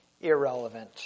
irrelevant